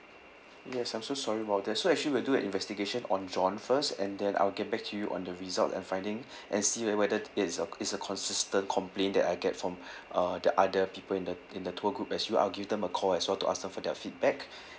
yes I'm so sorry about that so actually we'll do an investigation on john first and then I'll get back to you on the result and finding and see whe~ whether it is a it's a consistent complaint that I get from uh the other people in the in the tour group as well I'll give them a call as well to ask them for their feedback